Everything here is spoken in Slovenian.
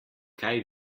kaj